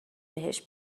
بهش